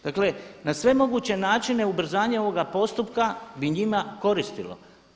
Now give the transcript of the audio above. Dakle na sve moguće načine ubrzanje ovoga postupka bi njima koristilo.